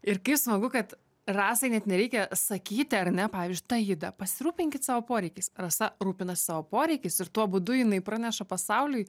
ir kaip smagu kad rasai net nereikia sakyti ar ne pavyzdžiui taida pasirūpinkit savo poreikiais rasa rūpinasi savo poreikiais ir tuo būdu jinai praneša pasauliui